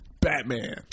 Batman